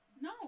No